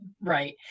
Right